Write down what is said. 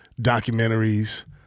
documentaries